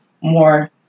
more